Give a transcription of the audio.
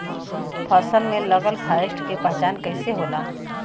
फसल में लगल फारेस्ट के पहचान कइसे होला?